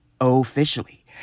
officially